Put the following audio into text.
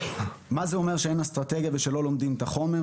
מה זה אומר שאין אסטרטגיה ושלא לומדים את החומר?